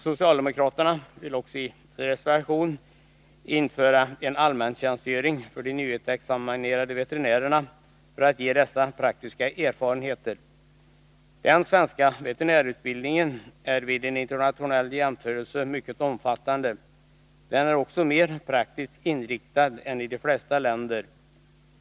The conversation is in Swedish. Socialdemokraterna vill också införa en allmäntjänstgöring — AT -— för de nyexaminerade veterinärerna för att ge dessa praktiska erfarenheter. Den svenska veterinärutbildningen är vid en internationell jämförelse mycket omfattande. Den är också mer praktiskt inriktad än i de flesta länder.